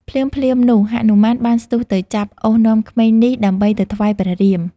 ភ្លាមៗនោះ ហនុមានបានស្ទុះទៅចាប់អូសនាំក្មេងនេះដើម្បីទៅថ្វាយព្រះរាម។